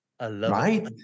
right